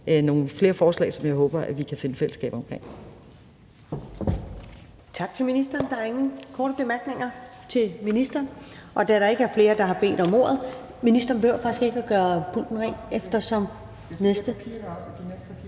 nogle flere forslag, som jeg håber vi kan finde fælles fodslag